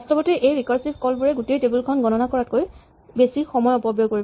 বাস্তৱতে এই recursive call বোৰে গোটেই টেবল খন গণনা কৰাতকৈ বেছি অপব্যয় কৰিব